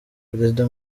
perezida